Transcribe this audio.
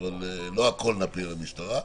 אבל לא הכול נפיל על המשטרה.